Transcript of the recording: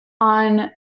On